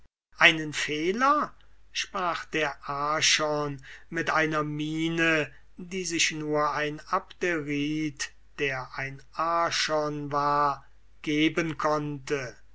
einen fehler sprach der archon mit einer miene die sich nur ein abderite der ein archon war geben konnte